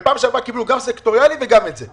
בפעם שעברה קיבלו גם סקטוריאלית וגם את זה.